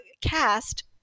cast